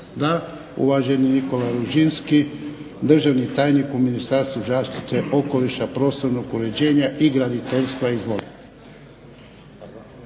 Da. Uvaženi Nikola Ružinski, državni tajnik u Ministarstvu zaštite okoliša, prostornog uređenja i graditeljstva. Izvolite.